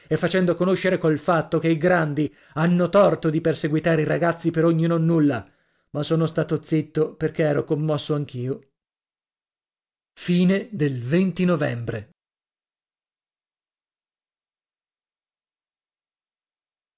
e facendo conoscere col fatto che i grandi hanno torto di perseguitare i ragazzi per ogni nonnulla ma sono stato zitto perché ero commosso anch io novembre